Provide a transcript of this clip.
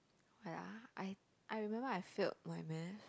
ya I I remembered I failed my Math